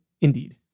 Indeed